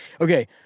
Okay